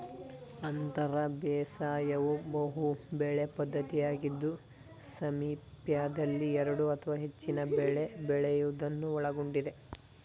ಅಂತರ ಬೇಸಾಯವು ಬಹುಬೆಳೆ ಪದ್ಧತಿಯಾಗಿದ್ದು ಸಾಮೀಪ್ಯದಲ್ಲಿ ಎರಡು ಅಥವಾ ಹೆಚ್ಚಿನ ಬೆಳೆ ಬೆಳೆಯೋದನ್ನು ಒಳಗೊಂಡಿದೆ